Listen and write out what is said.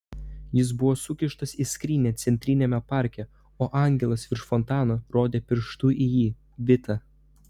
jis buvo sukištas į skrynią centriniame parke o angelas virš fontano rodė pirštu į jį vitą